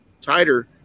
tighter